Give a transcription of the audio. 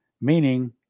Meaning